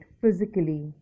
physically